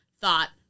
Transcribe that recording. thought